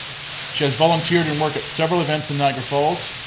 she has volunteered and worked at several events in niagara falls,